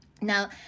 now